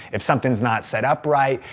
if something's not set up right.